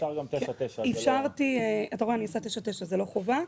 אפשר גם 99. זה לא חובה.